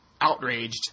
outraged